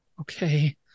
okay